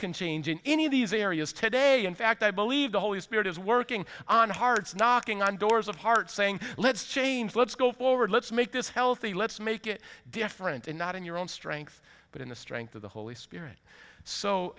can change in any of these areas today in fact i believe the holy spirit is working on hearts knocking on doors of hearts saying let's change let's go forward let's make this healthy let's make it different and not in your own strength but in the strength of the holy spirit so